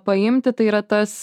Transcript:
paimti tai yra tas